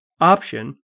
option